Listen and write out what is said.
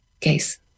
case